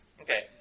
Okay